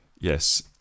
yes